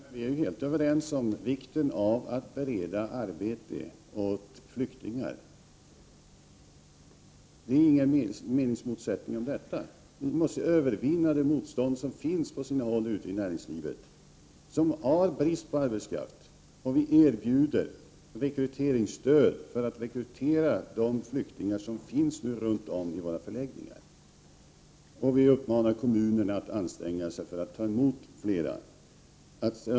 Herr talman! Vi är helt överens om vikten av att flyktingar bereds arbete. Det finns inga meningsmotsättningar i det avseendet. Vi måste övervinna det motstånd som finns på sina håll ute i näringslivet, som ju har brist på arbetskraft. Vi erbjuder rekryteringsstöd för att man skall kunna rekrytera de flyktingar som finns runt om i landet på våra förläggningar, och vi uppmanar kommunerna att anstränga sig för att ta emot fler.